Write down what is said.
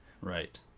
Right